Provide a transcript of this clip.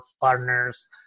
partners